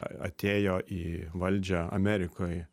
atėjo į valdžią amerikoj